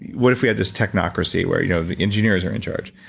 what if we had this technocracy where you know the engineers are in charge.